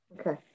okay